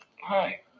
hi